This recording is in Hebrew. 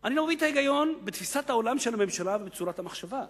אני לא מבין את ההיגיון בתפיסת העולם של הממשלה ובצורת המחשבה שלה.